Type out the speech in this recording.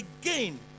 again